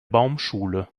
baumschule